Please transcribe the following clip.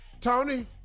Tony